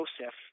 Joseph